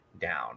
down